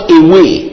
away